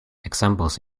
examples